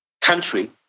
country